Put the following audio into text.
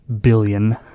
billion